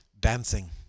Dancing